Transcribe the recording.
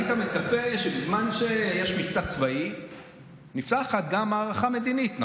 היית מצפה שבזמן שיש מבצע צבאי נפתחת גם מערכה מדינית,